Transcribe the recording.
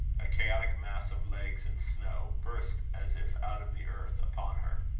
a chaotic mass of legs and snow, burst, as if out of the earth, upon her.